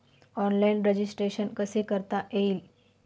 Online registration कसे करता येईल?